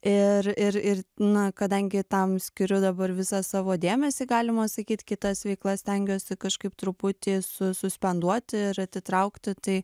ir ir ir na kadangi tam skiriu dabar visą savo dėmesį galima sakyt kitas veiklas stengiuosi kažkaip truputį su suspenduoti ir atitraukti tai